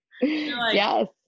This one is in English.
Yes